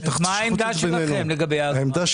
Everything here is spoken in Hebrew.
מהי העמדה שלכם לגבי האגרה?